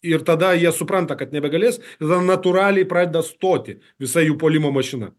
ir tada jie supranta kad nebegalės tada natūraliai pradeda stoti visa jų puolimo mašina